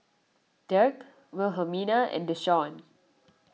Dirk Wilhelmina and Deshaun